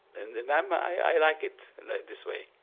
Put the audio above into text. and and i'm, but i like it this way.